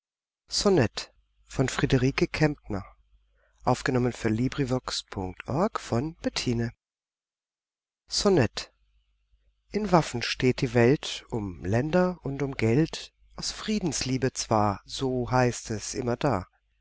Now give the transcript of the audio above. sonett in waffen steht die welt um länder und um geld aus friedensliebe zwar so heißt es immerdar